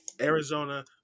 arizona